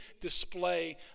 display